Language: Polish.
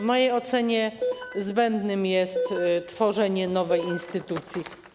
W mojej ocenie zbędne jest tworzenie nowej instytucji.